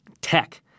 tech